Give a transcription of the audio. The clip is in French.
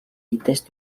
vitesse